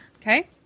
Okay